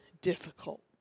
difficult